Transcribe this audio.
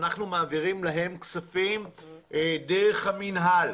אנחנו מעבירים להם כספים דרך המינהל,